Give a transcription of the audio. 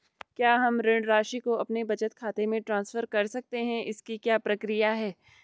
क्या हम ऋण राशि को अपने बचत खाते में ट्रांसफर कर सकते हैं इसकी क्या प्रक्रिया है?